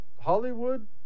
Hollywood